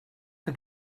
que